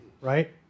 right